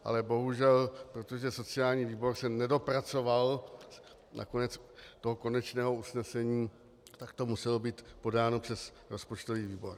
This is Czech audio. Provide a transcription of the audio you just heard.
Ale bohužel, protože sociální výbor se nedopracoval na konec toho konečného usnesení, tak to muselo být podáno přes rozpočtový výbor.